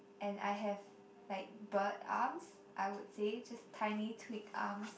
and I have like bird arms I would say just tiny twig arms